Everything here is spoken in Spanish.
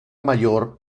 mayor